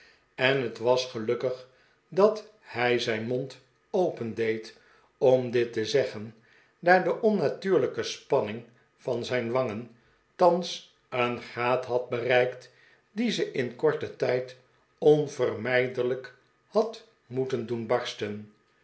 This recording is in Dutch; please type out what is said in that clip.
en het was gelukkig dat hij zijn mond opendeed om dit te zeggen daar de onnatuurlijke spanning van zijn wangen thans een graad had bereikt die ze in korten tijd onvermijdelijk had moeten doen barsten